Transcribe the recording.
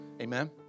Amen